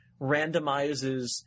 randomizes